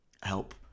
Help